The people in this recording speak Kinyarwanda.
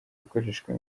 gukoreshwa